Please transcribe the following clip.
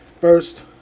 First